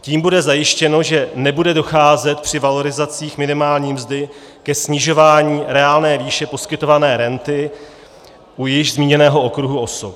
Tím bude zajištěno, že nebude docházet při valorizacích minimální mzdy ke snižování reálné výše poskytované renty u již zmíněného okruhu osob.